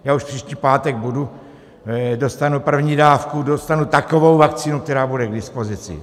Já už příští pátek dostanu první dávku, dostanu takovou vakcínu, která bude k dispozici.